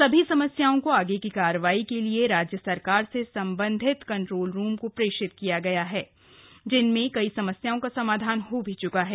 सभी समस्याओं को आगे की कार्रवाई के लिए राज्य सरकार के संबंधित कंट्रोल रूम को प्रेषित किया गया है जिसमें से कई समस्याओं का समाधान हो च्का है